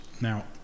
Now